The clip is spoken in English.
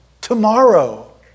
tomorrow